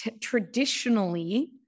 traditionally